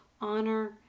honor